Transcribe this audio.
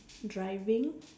driving